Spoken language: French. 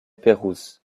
pérouse